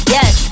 Yes